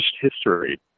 history